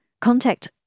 contact